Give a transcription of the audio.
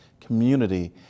community